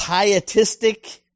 pietistic